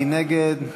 מי נגד?